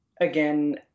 again